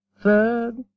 third